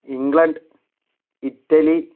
England Italy